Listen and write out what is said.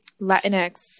Latinx